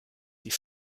die